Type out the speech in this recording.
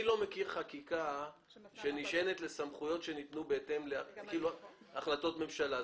אני לא מכיר חקיקה שנשענת על סמכויות שניתנו בהתאם להחלטת ממשלה.